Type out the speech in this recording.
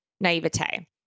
naivete